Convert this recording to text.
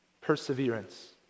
perseverance